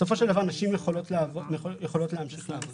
בסופו של דבר נשים יכולות להמשיך לעבוד.